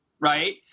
right